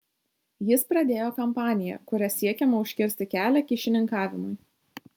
jis pradėjo kampaniją kuria siekiama užkirsti kelią kyšininkavimui